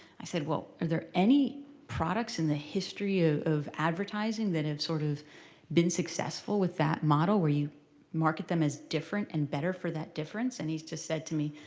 i said, well, are there any products in the history of advertising that have sort of been successful with that model where you market them as different and better for that difference? and he just said to me,